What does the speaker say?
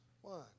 One